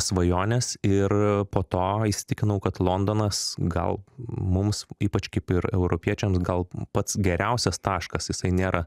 svajonės ir po to įsitikinau kad londonas gal mums ypač kaip ir europiečiams gal pats geriausias taškas jisai nėra